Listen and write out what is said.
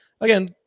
again